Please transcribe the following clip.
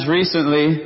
recently